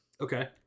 Okay